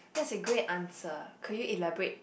that's a great answer could you elaborate